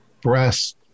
breast